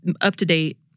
up-to-date